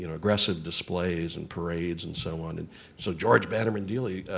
you know aggressive displays and parades and so on. and so george bannerman dealey